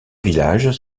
villages